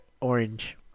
orange